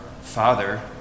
Father